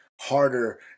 harder